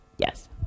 Yes